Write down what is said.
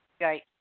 Right